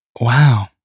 Wow